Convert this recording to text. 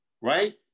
Right